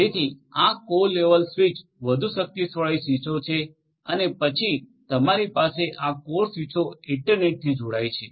જેથી આ core level switch વધુ શક્તિશાળી સ્વીચો છે અને પછી તમારી પાસે આ કોર સ્વીચો ઇન્ટરનેટથી જોડાય છે